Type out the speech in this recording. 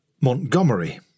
Montgomery